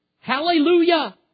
Hallelujah